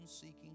seeking